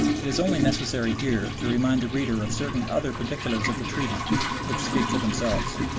it is only necessary here to remind the reader of certain other particulars of the treaty which speak for themselves